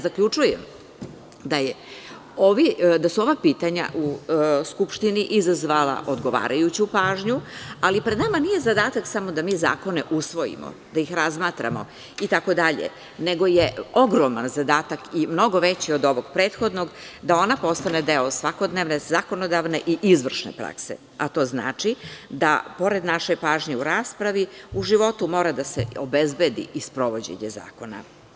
Zaključujem da su ova pitanja u Skupštini izazvala odgovarajuću pažnju, ali pred nama nije zadatak samo da mi zakone usvojimo, da ih razmatramo itd, nego je ogroman zadatak i mnogo veći od ovog prethodnog da ona postane deo svakodnevne zakonodavne i izvršne prakse, a to znači da pored naše pažnje u raspravi, u životu mora da se obezbedi i sprovođenje zakona.